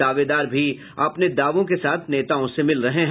दावेदार भी अपने दावों के साथ नेताओं से मिल रहे हैं